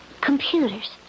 Computers